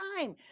time